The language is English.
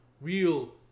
real